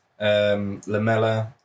Lamella